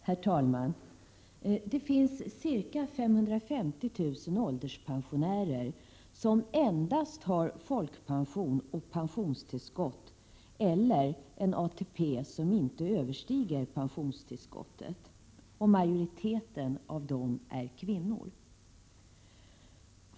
Herr talman! Det finns ca 550 000 ålderspensionärer som endast har fått pension och pensionstillskott, eller en ATP som inte överstiger pensionstillskottet. Majoriteten av dem är kvinnor.